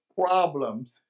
problems